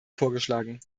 vorgeschlagen